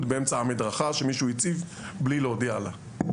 באמצע המדרכה שמישהו הציב אותו בלי להודיע לה.